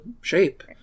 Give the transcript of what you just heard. shape